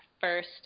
first